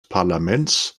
parlaments